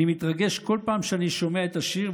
אני מתרגש כל פעם שאני שומע את השיר,